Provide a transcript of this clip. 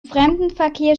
fremdenverkehr